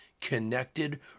connected